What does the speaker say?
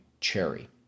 cherry